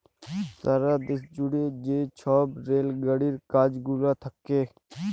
সারা দ্যাশ জুইড়ে যে ছব রেল গাড়ির কাজ গুলা থ্যাকে